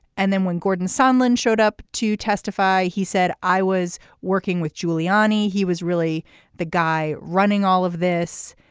and then when gordon sunland showed up to testify he said i was working with giuliani. he was really the guy running all of this.